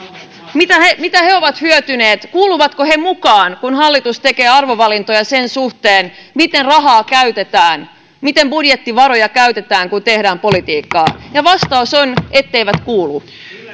mitä he mitä he ovat hyötyneet kuuluvatko he mukaan kun hallitus tekee arvovalintoja sen suhteen miten rahaa käytetään miten budjettivaroja käytetään kun tehdään politiikkaa vastaus on etteivät kuulu